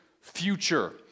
future